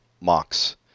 mocks